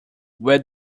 where